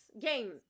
game